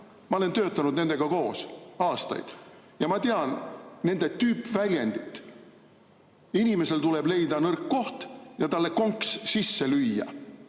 ma olen töötanud nendega koos aastaid ja ma tean nende tüüpväljendit: inimesel tuleb leida nõrk koht ja talle konks sisse lüüa.